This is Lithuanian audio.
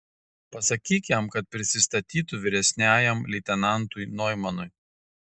pasakyk jam kad prisistatytų vyresniajam leitenantui noimanui